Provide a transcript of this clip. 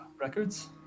records